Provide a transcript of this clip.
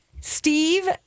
Steve